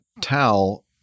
towel